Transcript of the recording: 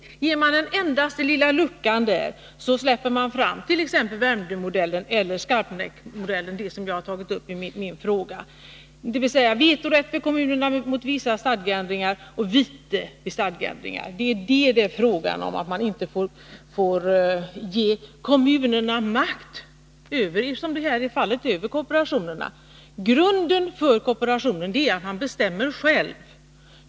Tillåter man en endaste liten lucka där, släpper man fram t.ex. Värmdömodellen eller Skarpnäcksmodellen — det som jag tagit upp i min fråga, dvs. vetorätt för kommunerna mot vissa stadgeändringar och vite i stadgeändringar. Det är fråga om att inte ge kommunerna makt över, som här är fallet, kooperationerna. Grunden för kooperationen är att man bestämmer själv.